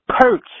perch